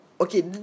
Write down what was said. Okay